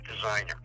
designer